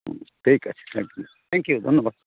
আচ্ছা ঠিক আছে থ্যাংক ইউ থ্যাংক ইউ ধন্যবাদ